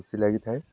ଖୁସି ଲାଗିଥାଏ